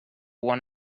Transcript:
one